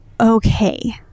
okay